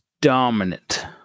dominant